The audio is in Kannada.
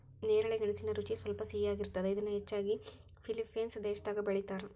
ನೇರಳೆ ಗೆಣಸಿನ ರುಚಿ ಸ್ವಲ್ಪ ಸಿಹಿಯಾಗಿರ್ತದ, ಇದನ್ನ ಹೆಚ್ಚಾಗಿ ಫಿಲಿಪೇನ್ಸ್ ದೇಶದಾಗ ಬೆಳೇತಾರ